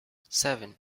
seven